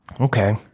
Okay